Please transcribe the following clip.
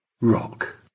Rock